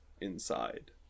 inside